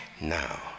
Now